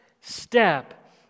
step